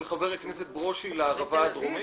של חבר הכנסת ברושי, לערבה הדרומית?